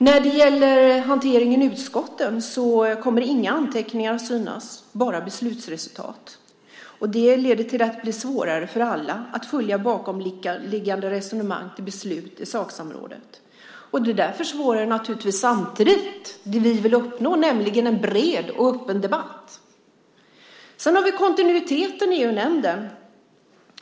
När det gäller hanteringen i utskotten kommer inga anteckningar att synas, bara beslutsresultat. Det leder till att det blir svårare för alla att följa bakomliggande resonemang och beslut i saksamrådet. Det försvårar naturligtvis samtidigt det vi vill uppnå, nämligen en bred och öppen debatt. Sedan till kontinuiteten i EU-nämnden.